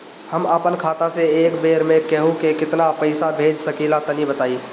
हम आपन खाता से एक बेर मे केंहू के केतना पईसा भेज सकिला तनि बताईं?